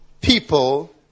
people